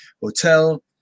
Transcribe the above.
hotel